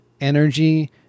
energy